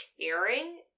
caring